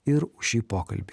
ir už šį pokalbį